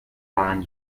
waren